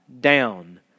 down